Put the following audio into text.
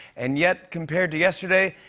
and yet, compared to yesterday,